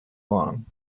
long